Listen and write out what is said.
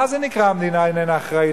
מה זה נקרא, המדינה איננה אחראית?